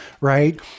right